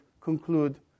conclude